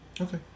Okay